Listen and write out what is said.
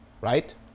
Right